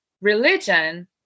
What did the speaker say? religion